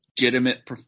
legitimate